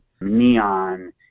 neon